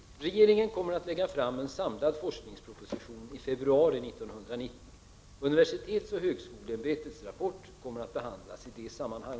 Regeringen kommer att lägga fram en samlad forskningsproposition i februari 1990. UHÄ:s rapport kommer att behandlas i detta sammanhang.